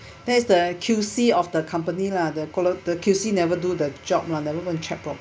there's the Q_C of the company lah the quali~ the Q_C never do the job never going to check properly